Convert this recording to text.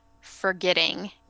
forgetting